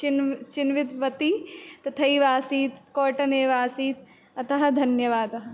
चिन्व् चितवती तथैव आसीत् कोटनेव आसीत् अतः धन्यवादः